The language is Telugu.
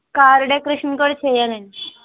కార్ డెకరేషన్ కూడా చెయ్యాలండి